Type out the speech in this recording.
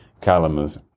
calamus